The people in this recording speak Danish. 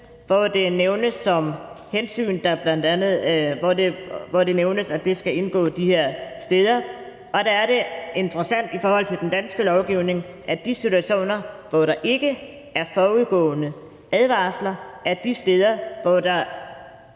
sted. Det nævnes, at det hensyn skal indgå, og der er det interessant i forhold til den danske lovgivning, at de situationer, hvor der ikke skal gives forudgående advarsler, forekommer de steder, hvor